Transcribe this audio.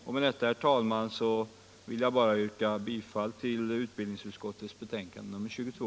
Med det anförda, herr talman, vill jag yrka bifall till utbildningsutskottets hemställan i betänkandet nr 22.